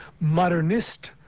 modernist